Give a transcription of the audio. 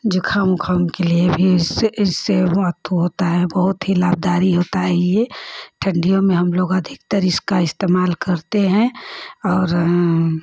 जुक़ाम उक़ाम के लिए भी इससे अथु होता है बहुत ही लाभकारी होता है यह ठण्डियों में हमलोग अधिकतर इसका इस्तेमाल करते हैं और